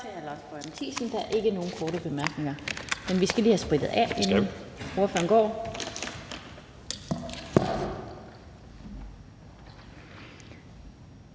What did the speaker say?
Der er ikke flere korte bemærkninger. Vi skal lige have sprittet af.